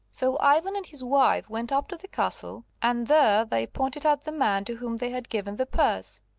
so ivan and his wife went up to the castle, and there they pointed out the man to whom they had given the purse,